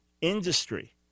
industry